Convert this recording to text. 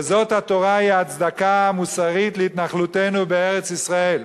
וזאת התורה היא ההצדקה המוסרית להתנחלותנו בארץ-ישראל.